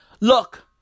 Look